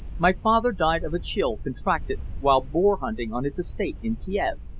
my father died of a chill contracted while boar-hunting on his estate in kiev,